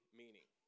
meaning